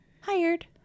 Hired